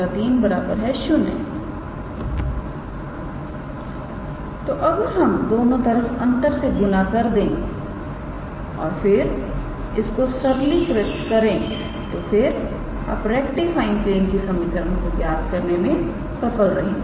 तोअगर हम दोनों तरफ अंतर से गुना कर दे और फिर इसको सरलीकृत करें तो फिर आप रेक्टिफाइंग प्लेन की समीकरण को ज्ञात करने में सफल रहेंगे